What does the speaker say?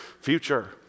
future